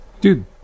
Dude